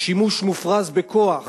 שימוש מופרז בכוח